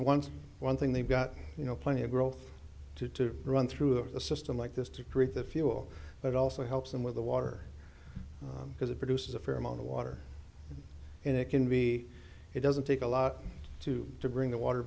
once one thing they've got you know plenty of growth to run through a system like this to create the fuel but also helps them with the water because it produces a fair amount of water and it can be it doesn't take a lot to bring the water